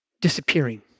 disappearing